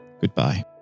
goodbye